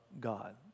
God